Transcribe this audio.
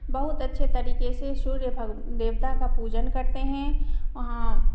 बहुत अच्छे तरीके से सूर्य भग देवता का पूजन करते हैं वहाँ